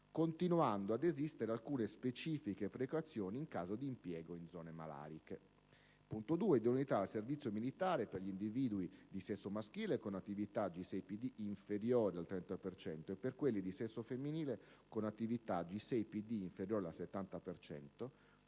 continuando ad esistere alcune specifiche precauzioni in caso d'impiego in zone malariche. Il secondo punto è l'idoneità al servizio militare per gli individui di sesso maschile con attività G6PD inferiore al 30 per cento e per quelli di sesso femminile con attività G6PD inferiore al 70